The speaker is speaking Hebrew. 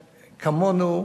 כמונו,